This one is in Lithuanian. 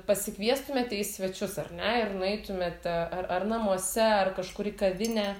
pasikviestumėte į svečius ar ne ir nueitumėte ar ar namuose ar kažkur į kavinę